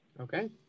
Okay